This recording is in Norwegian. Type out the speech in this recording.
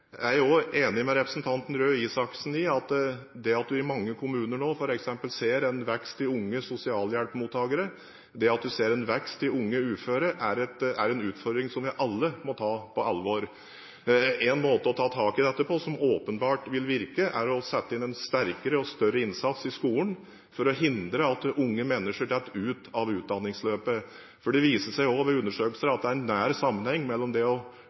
enig med representanten Røe Isaksen i at det at vi i mange kommuner nå ser en vekst i antallet unge sosialhjelpmottakere, det at vi ser en vekst i antallet unge uføre, er en utfordring som vi alle må ta på alvor. En måte å ta tak i dette på som åpenbart vil virke, er å sette inn en sterkere og større innsats i skolen for å hindre at unge mennesker faller ut av utdanningsløpet. Det viser seg også ved undersøkelser at det er en nær sammenheng mellom det å falle ut av utdanningsløpet og